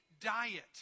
diet